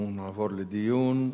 אנחנו נעבור לדיון.